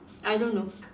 I don't know